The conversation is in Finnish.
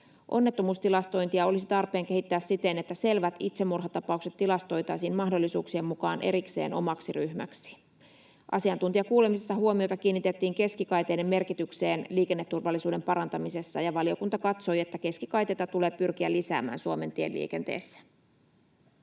Onnettomuustilastointia olisi tarpeen kehittää siten, että selvät itsemurhatapaukset tilastoitaisiin mahdollisuuksien mukaan erikseen omaksi ryhmäksi. Asiantuntijakuulemisessa kiinnitettiin huomiota keskikaiteiden merkitykseen liikenneturvallisuuden parantamisessa, ja valiokunta katsoi, että keskikaiteita tulee pyrkiä lisäämään Suomen tieliikenteessä.